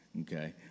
okay